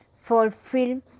fulfill